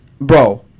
bro